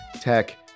tech